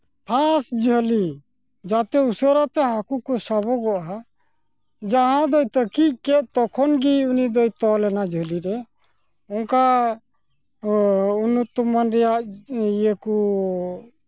first ᱡᱷᱟᱹᱞᱤ ᱡᱟᱛᱮ ᱩᱥᱟᱹᱨᱟᱛᱮ ᱦᱟᱹᱠᱩ ᱠᱚ ᱥᱟᱵᱚᱜᱚᱜᱼᱟ ᱡᱟᱦᱟᱸᱫᱚᱭ ᱛᱟᱹᱠᱤᱡ ᱠᱮᱫ ᱛᱚᱠᱷᱚᱱ ᱜᱮ ᱩᱱᱤ ᱫᱚᱭ ᱛᱚᱞᱮᱱᱟ ᱡᱷᱟᱹᱞᱤ ᱨᱮ ᱚᱱᱠᱟ ᱩᱱᱱᱚᱛᱚᱢᱟᱱ ᱨᱮᱭᱟᱜ ᱤᱭᱟᱹ ᱠᱚ